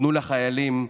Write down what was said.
תנו לחיילים,